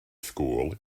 school